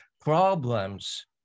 problems